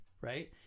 Right